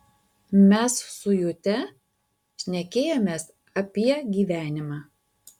mes su jute šnekėjomės apie gyvenimą